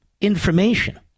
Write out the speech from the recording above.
information